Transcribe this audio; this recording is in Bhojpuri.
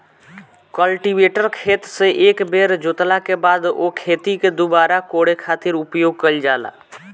कल्टीवेटर खेत से एक बेर जोतला के बाद ओ खेत के दुबारा कोड़े खातिर उपयोग कईल जाला